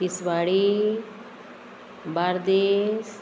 Tiswadi Bardez